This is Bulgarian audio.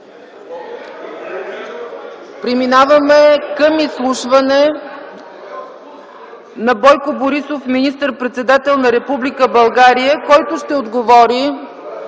Преминаваме към изслушване на Бойко Борисов – министър-председател на Република България, който ще отговори